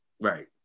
Right